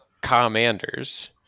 commanders